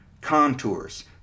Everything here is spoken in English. contours